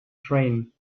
train